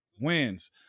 wins